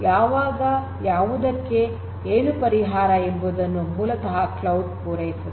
ಯಾವಾಗ ಯಾವುದಕ್ಕೆ ಏನು ಪರಿಹಾರ ಎಂಬುದನ್ನು ಮೂಲತಃ ಕ್ಲೌಡ್ ಪೂರೈಸುತ್ತದೆ